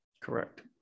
Correct